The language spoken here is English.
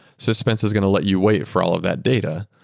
suspense is going to let you wait for all of that data,